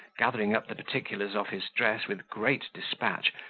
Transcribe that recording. gathering up the particulars of his dress with great despatch,